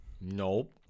Nope